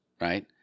right